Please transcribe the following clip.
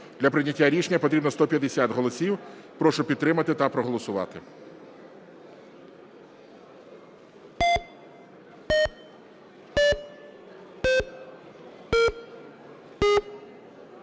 Для прийняття рішення потрібно 150 голосів. Прошу підтримати та проголосувати.